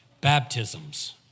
baptisms